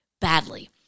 badly